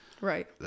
right